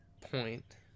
point